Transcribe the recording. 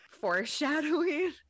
foreshadowing